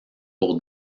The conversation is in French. pour